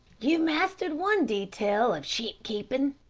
you've mastered one detail of sheep-keeping,